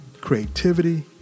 creativity